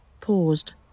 paused